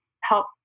help